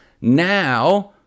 Now